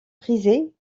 prisés